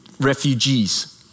refugees